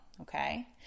Okay